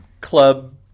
club